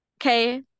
Okay